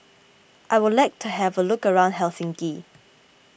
I would like to have a look around Helsinki